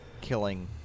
killing